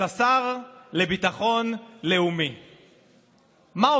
אני לא